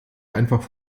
einfach